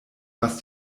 was